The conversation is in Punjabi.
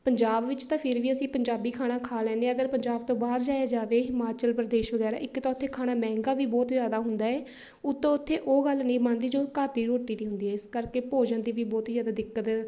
ਪੰਜਾਬ ਵਿੱਚ ਤਾਂ ਫਿਰ ਵੀ ਅਸੀਂ ਪੰਜਾਬੀ ਖਾਣਾ ਖਾ ਲੈਂਦੇ ਹਾਂ ਅਗਰ ਪੰਜਾਬ ਤੋਂ ਬਾਹਰ ਜਾਇਆ ਜਾਵੇ ਹਿਮਾਚਲ ਪ੍ਰਦੇਸ਼ ਵਗੈਰਾ ਇੱਕ ਤਾਂ ਉੱਥੇ ਖਾਣਾ ਮਹਿੰਗਾ ਵੀ ਬਹੁਤ ਜ਼ਿਆਦਾ ਹੁੰਦਾ ਹੈ ਉੱਤੋਂ ਉੱਥੇ ਉਹ ਗੱਲ ਨਹੀਂ ਬਣਦੀ ਜੋ ਘਰ ਦੀ ਰੋਟੀ ਦੀ ਹੁੰਦੀ ਹੈ ਇਸ ਕਰਕੇ ਭੋਜਨ ਦੀ ਵੀ ਬਹੁਤ ਹੀ ਜ਼ਿਆਦਾ ਦਿੱਕਤ